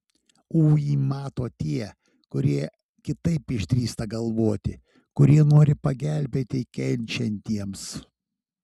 ui mato tie kurie kitaip išdrįsta galvoti kurie nori pagelbėti kenčiantiems